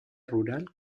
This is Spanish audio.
rural